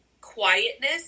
quietness